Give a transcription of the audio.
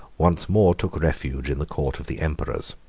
once more took refuge in the court of the emperors.